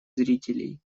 зрителей